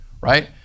right